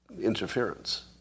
interference